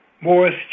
Morris